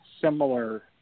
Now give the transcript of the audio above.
similar